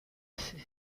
feu